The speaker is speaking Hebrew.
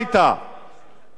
איפה הדברים האלה?